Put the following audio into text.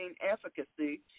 efficacy